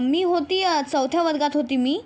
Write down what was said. मी होती चौथ्या वर्गात होती मी